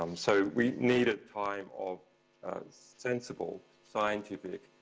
um so we need a time of sensible, scientific,